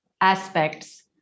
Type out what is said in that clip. aspects